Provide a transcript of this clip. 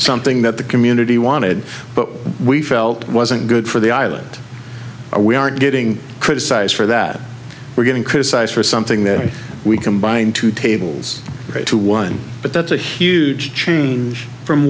something that the community wanted but we felt it wasn't good for the island or we aren't getting criticised for that we're getting criticised for something that we combine two tables to one but that's a huge change from